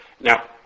Now